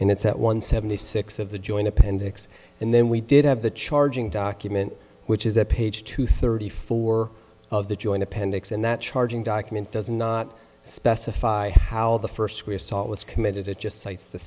and it's that one seventy six of the joint appendix and then we did have the charging document which is at page two thirty four of the joint appendix in that charging document does not specify how the first square sought was committed it just cites the